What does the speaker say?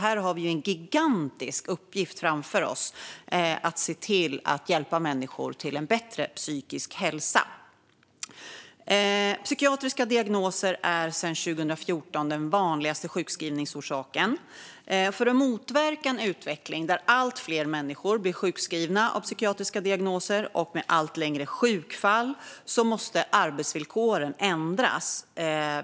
Här har vi en gigantisk uppgift framför oss i att se till att hjälpa människor till en bättre psykisk hälsa. Psykiatriska diagnoser är sedan 2014 den vanligaste sjukskrivningsorsaken. För att motverka en utveckling där allt fler människor blir sjukskrivna med psykiatriska diagnoser och med allt längre sjukfall måste arbetsvillkoren ändras.